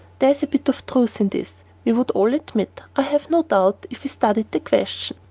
there is a bit of truth in this we would all admit, i have no doubt, if we studied the question.